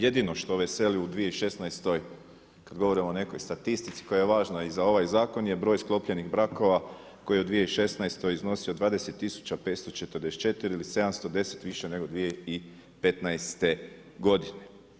Jedino što veseli u 2016. kad govorimo nekoj statistici koja je važna i za ovaj zakon je broj sklopljenih brakova koji je u 2016. iznosio 20 tisuća 544 ili 710 više nego 2015. godine.